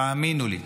תאמינו לי.